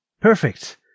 Perfect